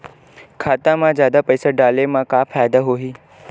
खाता मा जादा पईसा डाले मा का फ़ायदा होही?